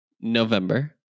november